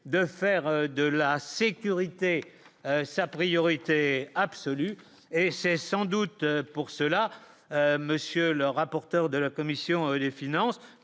de faire de la sécurité sa priorité absolue et c'est sans doute pour cela, monsieur le rapporteur de la commission des finances